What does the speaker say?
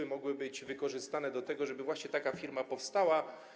To mogło być wykorzystane do tego, żeby właśnie taka firma powstała.